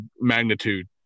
magnitude